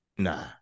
Nah